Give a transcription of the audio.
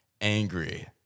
angry